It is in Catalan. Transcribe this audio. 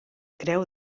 creu